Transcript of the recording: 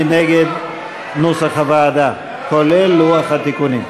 מי נגד נוסח הוועדה כולל לוח התיקונים?